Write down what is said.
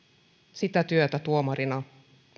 sitä työtä